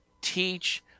teach